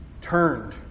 turned